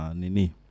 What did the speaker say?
nini